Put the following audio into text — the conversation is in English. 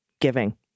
giving